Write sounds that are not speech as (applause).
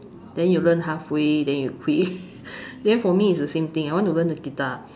then you learn halfway then you quit (laughs) then for me is the same thing I want to learn the guitar